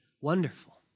wonderful